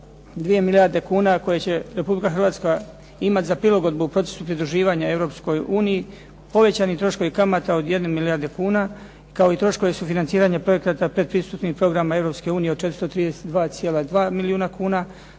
2 milijarde kuna koje će Republika Hrvatska imati za prilagodbu u procesu pridruživanja Europskoj uniji povećani troškovi kamata od 1 milijarde kuna kao i troškovi sufinanciranja projekata predpristupnih programa Europske unije od 432,2 milijuna kuna